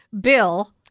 Bill